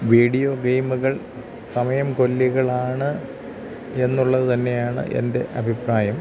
video ഗേമുകൾ സമയം കൊല്ലികളാണ് എന്നുള്ളതുതന്നെയാണ് എൻ്റെ അഭിപ്രായം